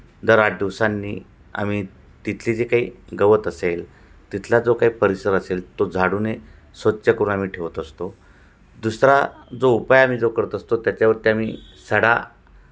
दर आठ दिवसांनी आम्ही तिथले जे काही गवत असेल तिथला जो काही परिसर असेल तो झाडूने स्वच्छ करून आम्ही ठेवत असतो दुसरा जो उपाय आम्ही जो करत असतो त्याच्यावरती आम्ही सडा